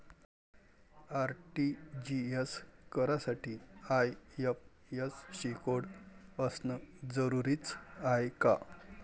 RTGS करासाठी IFSC code असनं जरुरीच हाय का?